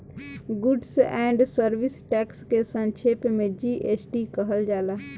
goods and service tax के संक्षेप में जी.एस.टी कहल जाला